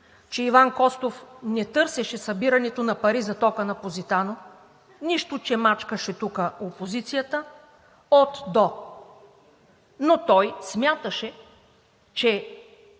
че Иван Костов не търсеше събирането на пари за тока на „Позитано“ – нищо, че тук мачкаше опозицията от – до, но той смяташе